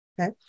Okay